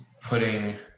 putting